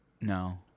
No